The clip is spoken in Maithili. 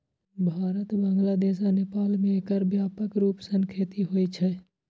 भारत, बांग्लादेश आ नेपाल मे एकर व्यापक रूप सं खेती होइ छै